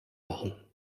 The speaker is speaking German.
machen